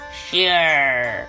sure